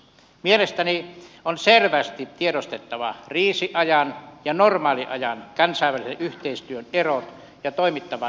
mielestäni on selvästi tiedostettava kriisiajan ja normaaliajan kansainvälisen yhteistyön erot ja toimittava sen mukaisesti